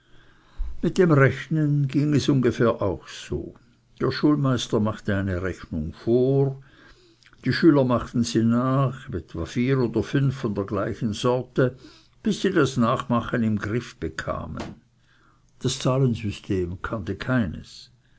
mit dem rechnen ging es ungefähr auch so der schulmeister machte eine rechnung vor die schüler machten sie nach etwa vier oder fünf von der gleichen sorte bis sie das nachmachen in griff bekamen das zahlensystem kannte keins